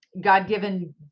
God-given